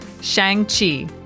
Shang-Chi